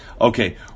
Okay